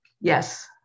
Yes